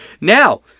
Now